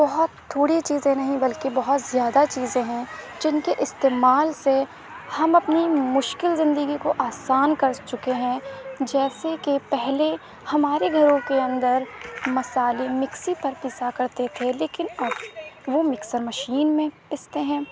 بہت تھوڑے چیزیں نہیں بلکہ بہت زیادہ چیزیں ہیں جن کے استعمال سے ہم اپنی مشکل زندگی کو آسان کر چکے ہیں جیسے کہ پہلے ہمارے گھروں کے اندر مسالے مکسی پر پسا کرتے تھے لیکن اب وہ مکسر مشین میں پستے ہیں